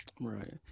right